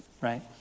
right